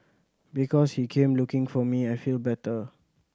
because he came looking for me I feel better